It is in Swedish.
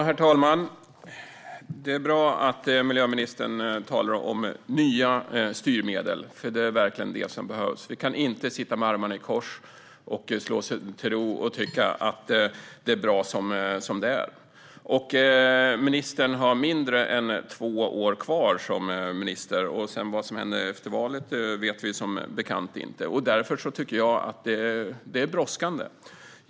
Herr talman! Det är bra att miljöministern talar om nya styrmedel, för det är verkligen det som behövs. Vi kan inte sitta med armarna i kors, slå oss till ro och tycka att det är bra som det är. Ministern har mindre än två år kvar som minister, för vad som händer efter valet vet vi som bekant inte. Därför tycker jag att det är brådskande.